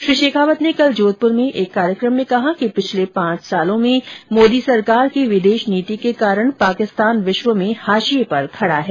श्री शेखावत ने कल जोधपुर में एक कार्यक्रम में कहा कि पिछले पांच साल में मोदी सरकार की विदेश नीति के कारण पाकिस्तान विश्व में हाशिए पर खड़ा है